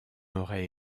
aurait